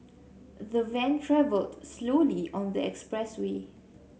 the van travelled slowly on the expressway